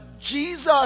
Jesus